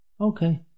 Okay